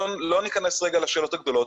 לא ניכנס רגע לשאלות הגדולות,